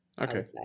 Okay